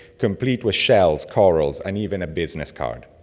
complete with shells, corals, and even a business card.